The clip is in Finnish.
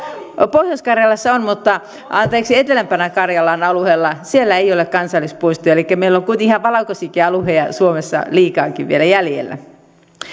pohjois karjalassa on mutta etelämpänä karjalan alueella siellä ei ole kansallispuistoja elikkä meillä on kuitenkin ihan valkoisiakin alueita suomessa liikaakin vielä jäljellä